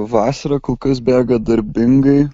vasara kol kas bėga darbingai